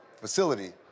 facility